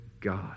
God